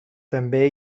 també